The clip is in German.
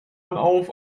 auf